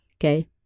Okay